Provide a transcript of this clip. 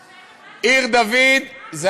עיר-דוד, לא, שייכת רק לימין.